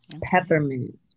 peppermint